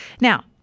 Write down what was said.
Now